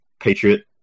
patriot